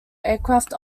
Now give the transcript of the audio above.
aircraft